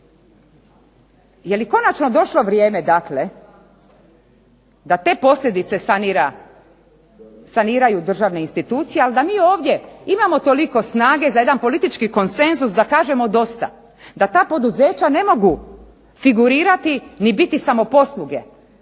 Jeli konačno došlo vrijeme da te posljedice saniraju državne institucije a da mi ovdje imamo toliko snage za jedan politički konsenzus da kažemo dosta, da ta poduzeća ne mogu figurirati ni biti samoposluge